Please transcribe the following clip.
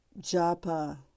japa